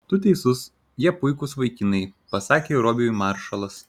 tu teisus jie puikūs vaikinai pasakė robiui maršalas